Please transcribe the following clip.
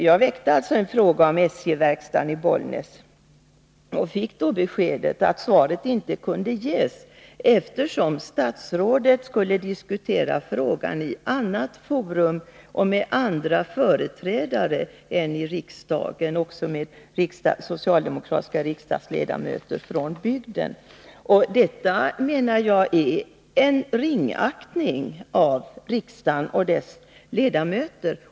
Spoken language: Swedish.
Jag väckte en fråga om SJ-verkstaden i Bollnäs och fick då beskedet att svaret inte kunde lämnas, eftersom statsrådet skulle diskutera frågan i annat forum och med andra företrädare än i riksdagen, också med socialdemokratiska riksdagsledamöter från bygden. Detta är, menar jag, uttryck för en ringaktning av riksdagen och dess ledamöter.